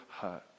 hurt